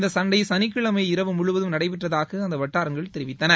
இந்த சண்டை சளிக்கிழமை இரவு முழுவதும் நடைபெற்றதாக அந்த வட்டாரங்கள் தெரிவித்தன